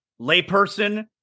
layperson –